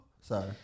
Sorry